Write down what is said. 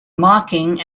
mocking